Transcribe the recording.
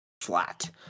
flat